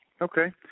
Okay